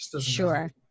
Sure